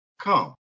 come